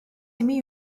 imi